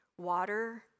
water